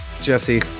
Jesse